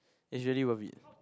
and it's really worth it